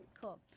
Cool